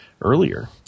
earlier